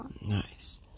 Nice